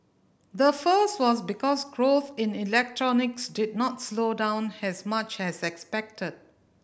the first was because growth in electronics did not slow down has much has expected